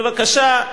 בבקשה.